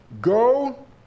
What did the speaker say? Go